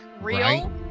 real